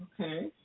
Okay